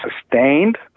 sustained